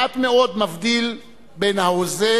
מעט מאוד מבדיל בין ה"הוזה"